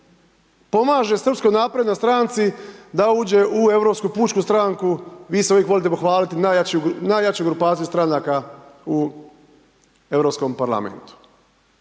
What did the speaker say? pomaže Srpskoj naprednoj stranci da uđe u Europsku pučku stranku, vi se uvijek volite pohvaliti najjaču grupaciju stranaka u europskom Parlamentu.